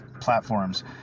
platforms